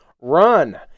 run